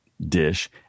Dish